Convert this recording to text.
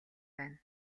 байна